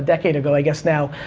decade ago, i guess now.